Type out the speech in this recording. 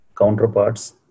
counterparts